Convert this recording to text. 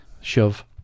shove